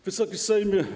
Wysoki Sejmie!